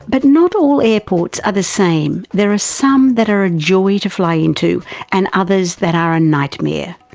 but not all airports are the same, there are some that are a joy to fly into and others that are a nightmare.